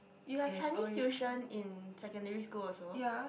you have Chinese tuition in secondary school also